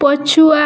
ପଛୁଆ